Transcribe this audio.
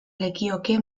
lekioke